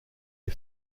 les